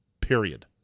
period